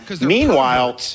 Meanwhile